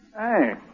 Hey